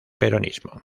peronismo